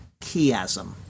chiasm